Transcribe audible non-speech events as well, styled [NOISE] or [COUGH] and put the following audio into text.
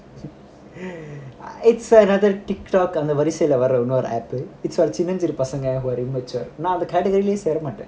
[LAUGHS] it's another tik tok அந்த வரிசைல வர இன்னொரு:antha varisaila vara innoru app it's for சின்னஞ்சிறு பசங்க:sinansiru pasanga who immature நான் அந்த:naan antha category லேயே சேர மாட்டேன்:leye sera maten